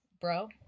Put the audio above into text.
bro